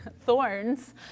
Thorns